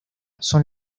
son